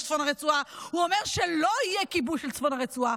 צפון הרצועה הוא אומר שלא יהיה כיבוש של צפון הרצועה,